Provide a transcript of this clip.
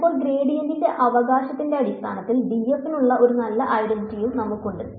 എന്നാൽ ഇപ്പോൾ ഗ്രേഡിയന്റ് അവകാശത്തിന്റെ അടിസ്ഥാനത്തിൽ d f നുള്ള ഒരു നല്ല ഐഡന്റിറ്റിയും നമുക്കുണ്ട്